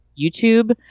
YouTube